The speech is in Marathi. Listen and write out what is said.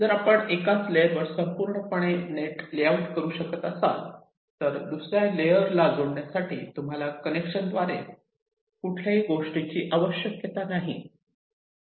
जर आपण एकाच लेयरवर संपूर्णपणे नेट ले आऊट करू शकत असाल तर दुसर्या लेयरला जोडण्यासाठी तुम्हाला कनेक्शनद्वारे कुठल्याही गोष्टीची आवश्यकता नाही